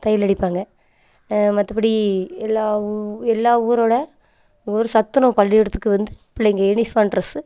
தையல் அடிப்பாங்க மற்றபடி எல்லா ஊ எல்லா ஊரோடய ஒரு சத்துணவு பள்ளிக்கூடத்துக்கு வந்து பிள்ளைங்க யூனிஃபார்ம் ட்ரெஸ்ஸு